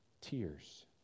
tears